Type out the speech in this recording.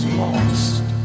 lost